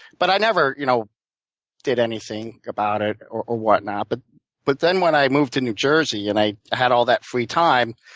but i never you know did anything about it or or whatnot. but but then when i moved to new jersey, and i had all that free time,